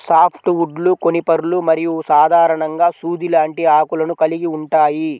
soft వుడ్లు కోనిఫర్లు మరియు సాధారణంగా సూది లాంటి ఆకులను కలిగి ఉంటాయి